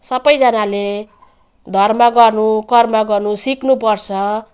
सबजनाले धर्म गर्नु कर्म गर्नु सिक्नु पर्छ